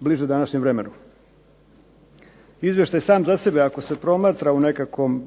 bliže današnjem vremenu. Izvještaj sam za sebe ako se promatra u nekakvom